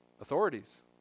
authorities